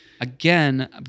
Again